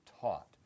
taught